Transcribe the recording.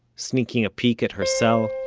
sneaking a peek at her cell.